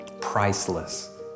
priceless